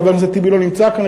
חבר הכנסת טיבי לא נמצא כאן,